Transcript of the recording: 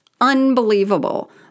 unbelievable